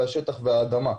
השטח והאדמה,